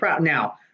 Now